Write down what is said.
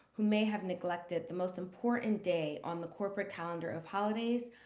who may have neglected the most important day on the corporate calendar of holidays,